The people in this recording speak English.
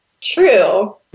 True